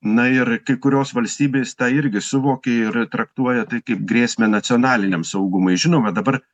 na ir kai kurios valstybės tą irgi suvokia ir traktuoja tai kaip grėsmę nacionaliniam saugumui žinoma dabar